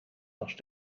was